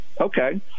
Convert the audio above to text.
Okay